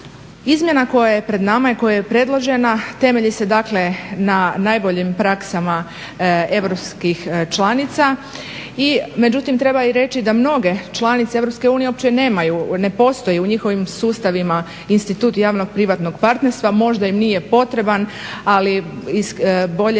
Izmjena koja je pred nama i koja je predložena temelji se dakle na najboljim praksama europskih članica, međutim treba i reći da mnoge članice EU uopće nemaju, ne postoji u njihovim sustavima institut javno-privatnog partnerstva, možda im nije potreban, ali bolje